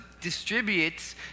distributes